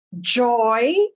joy